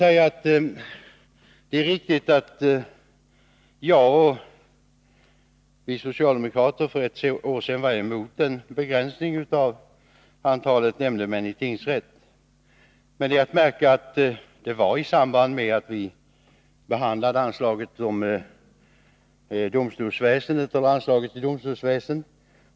Det är riktigt att jag och vi socialdemokrater över huvud taget för ett år sedan var emot en minskning av antalet nämndemän i tingsrätterna, men det är att märka att detta var i samband med att vi behandlade anslaget till domstolsväsendet.